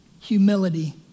Humility